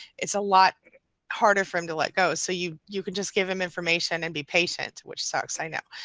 it's a lot harder for him to let go, so you you can just give him information and be patient, which sucks, i know.